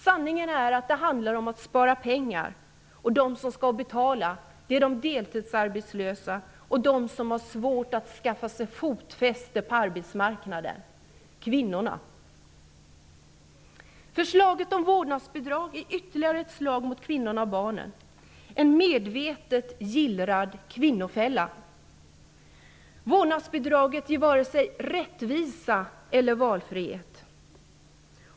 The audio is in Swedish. Sanningen är att det handlar om att spara pengar. Och de som skall betala är de deltidsarbetslösa och de som har svårt att skaffa sig fotfäste på arbetsmarknaden -- kvinnorna. Förslaget om vårdnadsbidrag är ytterligare ett slag mot kvinnorna och barnen, en medvetet gillrad kvinnofälla. Vårdnadsbidraget ger varken rättvisa eller valfrihet.